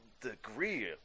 degree